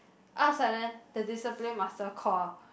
out a sudden the discipline master call